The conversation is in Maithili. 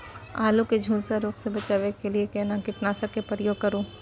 आलू के झुलसा रोग से बचाबै के लिए केना कीटनासक के प्रयोग करू